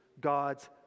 God's